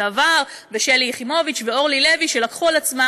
ולשלי יחימוביץ ואורלי לוי שלקחו על עצמן